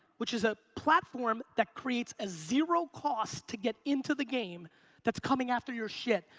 which is a platform that creates a zero cost to get into the game that's coming after your shit.